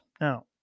Now